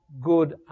good